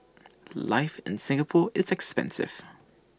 life in Singapore is expensive